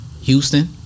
Houston